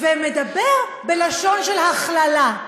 ומדבר בלשון של הכללה.